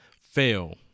fail